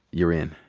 you're in.